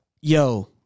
Yo